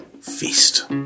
Feast